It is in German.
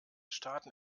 staaten